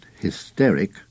hysteric